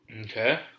Okay